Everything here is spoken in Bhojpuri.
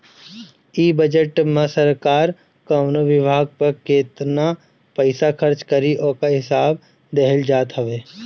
इ बजट में सरकार कवनी विभाग पे केतना पईसा खर्च करी ओकर हिसाब दिहल जात हवे